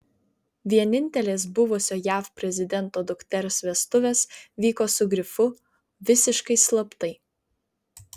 vienintelės buvusio jav prezidento dukters vestuvės vyko su grifu visiškai slaptai